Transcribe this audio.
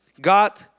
God